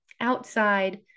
outside